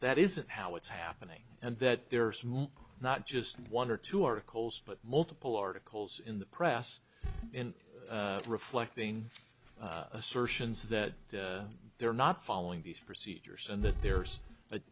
that is how it's happening and that there are small not just one or two articles but multiple articles in the press in reflecting assertions that they're not following these procedures and that there's an